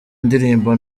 indirimbo